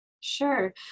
Sure